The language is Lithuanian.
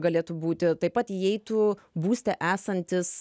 galėtų būti taip pat įeitų būste esantys